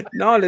no